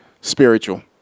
spiritual